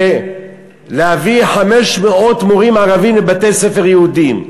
להביא 500 מורים ערבים לבתי-ספר יהודיים.